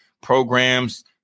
programs